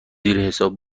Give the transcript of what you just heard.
حساب